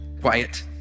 Quiet